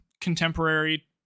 contemporary